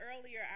earlier